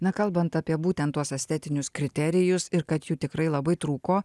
na kalbant apie būtent tuos estetinius kriterijus ir kad jų tikrai labai trūko